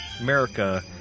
america